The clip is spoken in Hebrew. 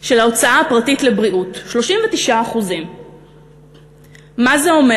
של ההוצאה הפרטית לבריאות, 39%. מה זה אומר?